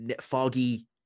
Foggy